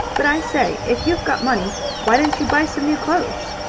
but i say, if you've got money why don't you buy some new clothes?